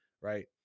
right